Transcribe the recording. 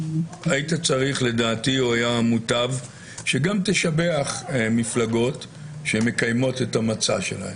היית צריך לדעתי או היה מוטב שגם תשבח מפלגות שהן מקיימות את המצע שלהן.